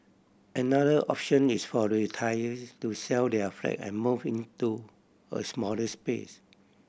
another option is for retiree to sell their flat and move into a smallers place